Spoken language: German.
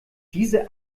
diese